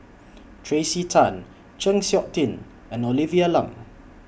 Tracey Tan Chng Seok Tin and Olivia Lum